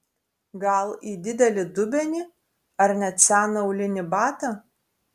gal į didelį dubenį ar net seną aulinį batą